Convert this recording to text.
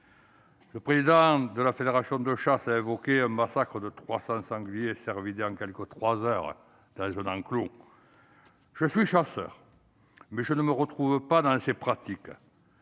Le président de la Fédération nationale des chasseurs a même évoqué le massacre de 300 sangliers et cervidés en trois heures dans un enclos. Je suis chasseur, mais je ne me retrouve pas dans ces pratiques.